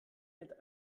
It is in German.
mit